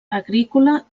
agrícola